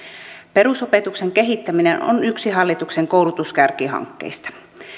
perusopetuksen kehittäminen on yksi hallituksen koulutuskärkihankkeista